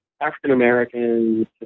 African-Americans